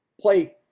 play